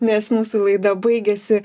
nes mūsų laida baigėsi